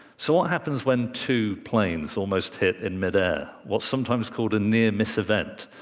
so, what happens when two planes almost hit in mid-air, what's sometimes called a near-miss event?